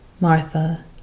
Martha